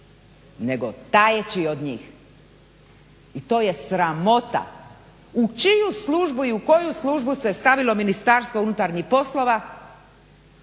nego tajeći od njih. I to je sramota! U čiju službu i u koju službu se stavilo Ministarstvo unutarnjih poslova